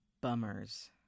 bummers